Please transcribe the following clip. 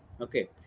Okay